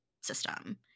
system